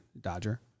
Dodger